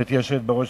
גברתי היושבת בראש,